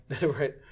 Right